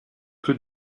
peu